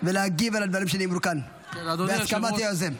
ולהגיב על הדברים שנאמרו כאן, בהסכמת היוזם.